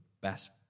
best